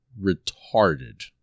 retarded